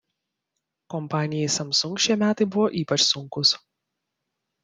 kompanijai samsung šie metai buvo ypač sunkūs